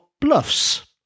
bluffs